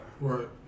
Right